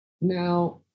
Now